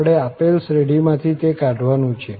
આપણે આપેલ શ્રેઢીમાંથી તે કાઢવાનું છે